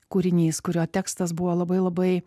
kūrinys kurio tekstas buvo labai labai